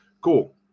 Cool